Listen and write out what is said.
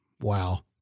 Wow